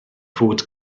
fod